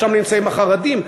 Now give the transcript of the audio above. שם נמצאים החרדים,